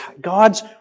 God's